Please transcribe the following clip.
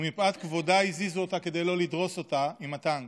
ומפאת כבודה הזיזו אותה כדי לא לדרוס אותה עם הטנק.